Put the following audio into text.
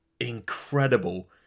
incredible